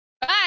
Bye